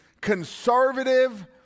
conservative